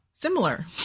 similar